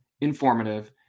informative